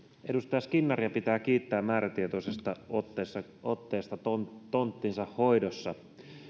edustaja skinnaria pitää kiittää määrätietoisesta otteesta otteesta tonttinsa hoidossa